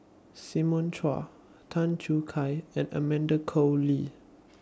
Simon Chua Tan Choo Kai and Amanda Koe Lee